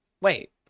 Wait